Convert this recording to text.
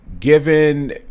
Given